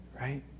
right